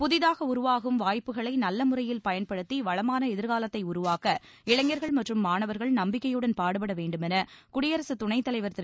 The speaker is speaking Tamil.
புதிதாக உருவாகும் வாய்ப்புக்களை நல்லழுறையில் பயன்படுத்தி வளமான எதிர்காலத்தை உருவாக்க இளைஞர்கள் மற்றும் மாணவர்கள் நம்பிக்கையுடன் பாடுபட வேண்டுமென குடியரசுத் துணைத் தலைவர் திரு